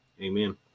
Amen